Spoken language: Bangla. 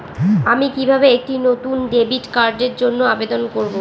আমি কিভাবে একটি নতুন ডেবিট কার্ডের জন্য আবেদন করব?